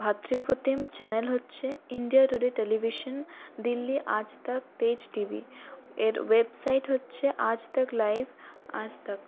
ভ্রাতৃপ্রতিম channel হচ্ছে India Today television Delhi Aaj Tak Tez TV এর website হচ্ছে আজ তক লাইভ আজ তক